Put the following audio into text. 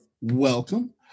welcome